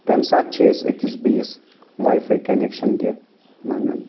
تَمہِ ساتہٕ چھِ أسۍ أکِس بیٚیس واے فاے کنیکشن تہِ منٛگان